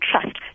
trust